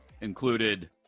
Included